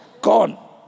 Gone